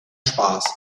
spaß